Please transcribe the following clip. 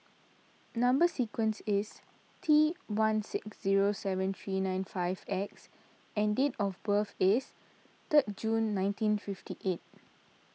Number Sequence is T one six zero seven three nine five X and date of birth is third June nineteen fifty eight